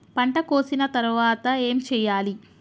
పంట కోసిన తర్వాత ఏం చెయ్యాలి?